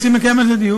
רוצים לקיים על זה דיון?